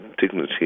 dignity